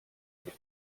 üks